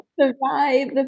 Survive